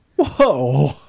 Whoa